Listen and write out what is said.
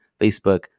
Facebook